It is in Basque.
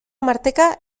marteka